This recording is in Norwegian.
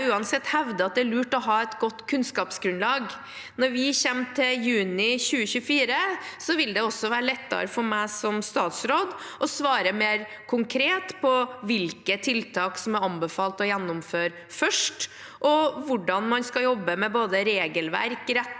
uansett hevde er lurt. Når vi kommer til juni 2024, vil det også være lettere for meg som statsråd å svare mer konkret på hvilke tiltak som er anbefalt å gjennomføre først, og hvordan man skal jobbe med både regelverk, rettigheter